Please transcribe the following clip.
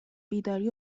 بیداری